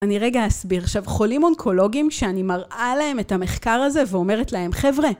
אני רגע אסביר. עכשיו, חולים אונקולוגיים, כשאני מראה להם את המחקר הזה ואומרת להם, חבר'ה...